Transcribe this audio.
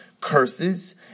curses